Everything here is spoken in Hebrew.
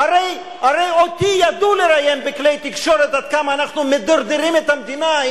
הרי אותי ידעו לראיין בכלי תקשורת עד כמה אנחנו מדרדרים את המדינה.